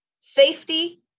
safety